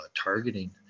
targeting